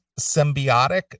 symbiotic